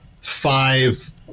five